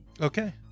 Okay